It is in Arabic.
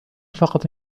فقط